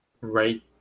Right